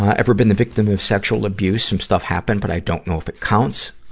ah ever been the victim of sexual abuse? some stuff happened, but i don't know if it counts.